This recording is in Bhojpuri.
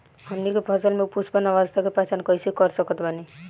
हमनी के फसल में पुष्पन अवस्था के पहचान कइसे कर सकत बानी?